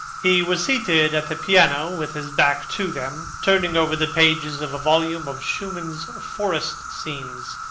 he was seated at the piano, with his back to them, turning over the pages of a volume of schumann's forest scenes.